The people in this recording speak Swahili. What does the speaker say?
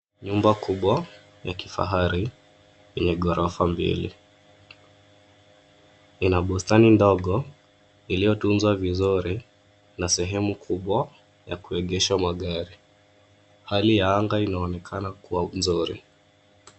Nyumba kubwa ya kifahari yenye ghorofa mbili. Ina bustani ndogo iliyotunzwa vizuri na sehemu kubwa ya kuegesha magari. Hali ya anga inaonekana kuwa nzuri.